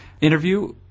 interview